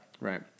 Right